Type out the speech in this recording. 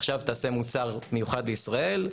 עכשיו תעשה מוצר מיוחד לישראל,